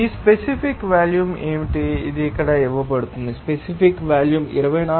ఈ specific volume ఏమిటంటే ఇది ఇక్కడ ఇవ్వబడుతుంది స్పెసిఫిక్ వాల్యూమ్ 24